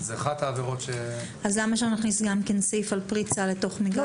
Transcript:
למה שלא נכניס גם כן סעיף לפריצה לתוך מגרש?